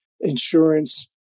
insurance